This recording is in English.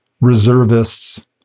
reservists